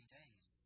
days